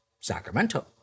Sacramento